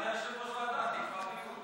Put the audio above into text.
שיעבור לחוץ וביטחון,